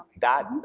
that,